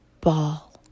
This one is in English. ball